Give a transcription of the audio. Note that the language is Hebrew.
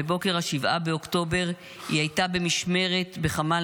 בבוקר 7 באוקטובר היא הייתה במשמרת בחמ"ל